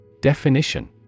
Definition